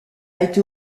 été